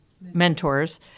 mentors